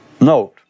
Note